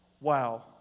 wow